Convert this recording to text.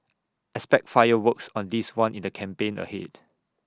expect fireworks on this one in the campaign ahead